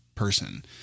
Person